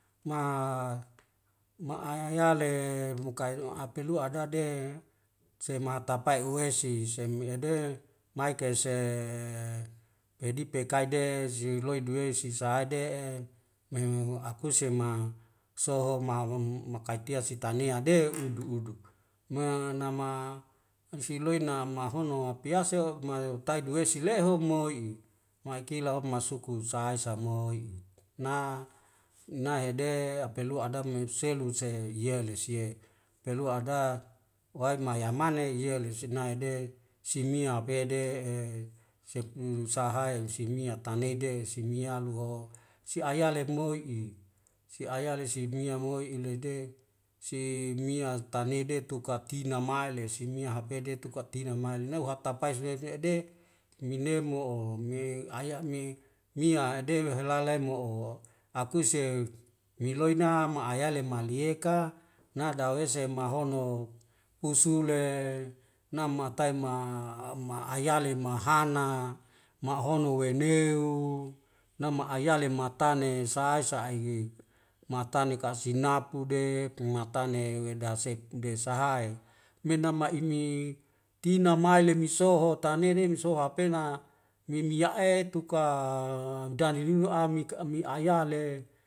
Ma ma ayaya le mukai on apelua adade sematapae uwesis semi ede maik kese pedi pekaide ziloi duwei sisai aide'e mehuhu akuse ma so ho mahum makaitia sitanea dew udu uduk ma ana ma ansiloi namahono apeaso mai utai dawesi silehom moi maikila o masukus sahai sa moi'i na na hede apelua adab meu selu se yele sie pelu ada wai mayamane yeli sudnaede simia apede e sepu sahayam simia tanede simia luho si ayale moi'i siayale si mia moi'i lede si mia tanede tuka tina mailes mia hapede tuka tina mainle uhatapae suwe suwe ade mine mo'o me aya'me mia a'de wehelalemo'o akuse miloina ma'ayale malieka nada wesem ahono pusule nama taima ma ayale mahana mahono weneu nama ayale matane sai sai ige matane ka'a sinapu de matane wedasep desahae mena maimi tina mai le misoho tane'e neme so hapena mimi ya'e tuka dani lingu amik'ka mi ayale